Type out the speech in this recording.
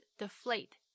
deflate